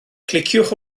cliciwch